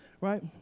right